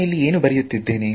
ನಾನಿಲ್ಲಿ ಏನು ಬರುತ್ತಿದ್ದೇನೆ